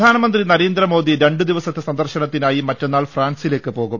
പ്രധാനമന്ത്രി നരേന്ദ്രമോദി രണ്ടുദിവസത്തെ സന്ദർശനത്തി നായി മറ്റന്നാൾ ഫ്രാൻസിലേക്ക് പോകും